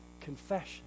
confession